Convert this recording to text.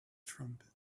trumpet